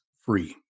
free